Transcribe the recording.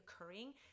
occurring